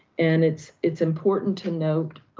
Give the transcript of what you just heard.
and it's it's important to note,